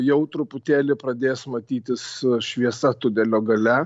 jau truputėlį pradės matytis šviesa tunelio gale